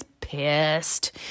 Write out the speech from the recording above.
pissed